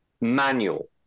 manual